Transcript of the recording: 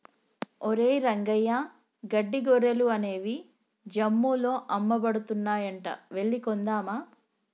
ఒరేయ్ రంగయ్య గడ్డి గొర్రెలు అనేవి జమ్ముల్లో అమ్మబడుతున్నాయంట వెళ్లి కొందామా